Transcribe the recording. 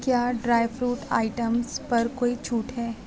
کیا dry fruit items پر کوئی چھوٹ ہے